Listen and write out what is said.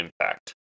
Impact